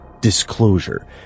disclosure